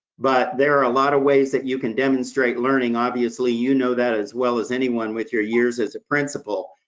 but there are a lot of ways that you can demonstrate learning, obviously, you know that as well as anyone with your years as a principal.